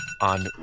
on